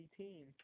team